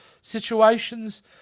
situations